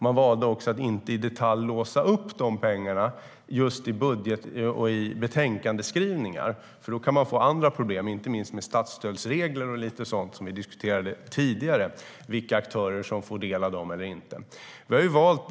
Man valde också att inte i detalj låsa upp dessa pengar i betänkandeskrivningar, för då kan man få andra problem, inte minst med statsstödsregler och sådant som vi diskuterade tidigare och vilka aktörer som får del av statsstödet eller inte.